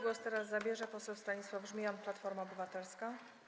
Głos teraz zabierze poseł Stanisław Żmijan, Platforma Obywatelska.